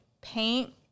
paint